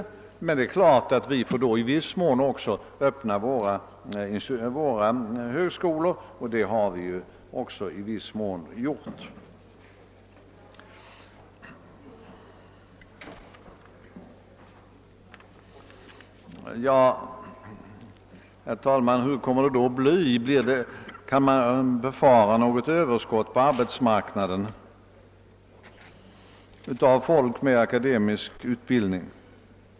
Självfallet skall vi därvid också i viss mån öppna våra högskolor för utländska studerande, och det har också skett i någon utsträckning. Hur kommer det då att bli? Kan man befara något överskott på arbetsmarknaden av folk med akademisk utbildning?